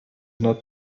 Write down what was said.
not